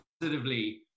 positively